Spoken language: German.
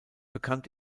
bekannt